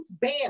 Bam